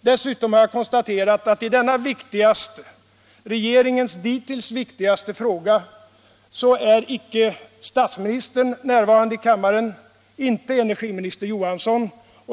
Dessutom har jag konstaterat att i denna viktiga — regeringens hittills viktigaste — fråga är inte statsministern närvarande, inte heller energiminister Johansson.